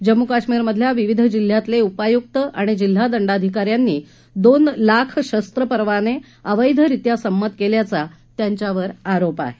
जम्मू कश्मीरमधल्या विविध जिल्ह्यातले उपायुक आणि जिल्हा दंडाधिकाऱ्यांनी दोन लाख शस्त्र परवाने अवैधरित्या संमत केल्याचा त्यांच्यावर आरोप आहे